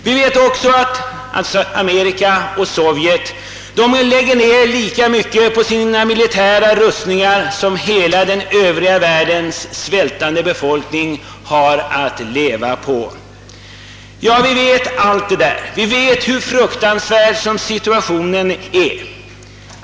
Vi vet också att Amerika och Sovjet på sina militära rustningar lägger ned lika mycket som den övriga världens svältande befolkning har att leva på. Alla känner till hur fruktansvärd situationen är.